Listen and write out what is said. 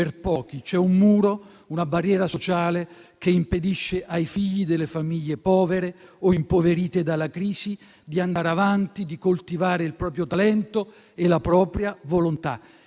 C'è un muro, una barriera sociale che impedisce ai figli delle famiglie povere o impoverite dalla crisi di andare avanti, di coltivare il proprio talento e la propria volontà.